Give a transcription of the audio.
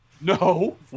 No